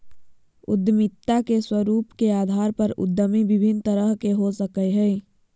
उद्यमिता के स्वरूप के अधार पर उद्यमी विभिन्न तरह के हो सकय हइ